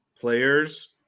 players